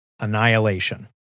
Annihilation